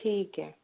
ठीक है